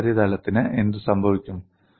ഈ ഉപരിതലത്തിന് എന്ത് സംഭവിക്കും